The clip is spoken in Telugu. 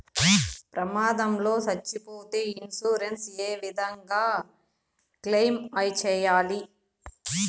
ప్రమాదం లో సచ్చిపోతే ఇన్సూరెన్సు ఏ విధంగా క్లెయిమ్ సేయాలి?